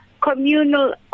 communal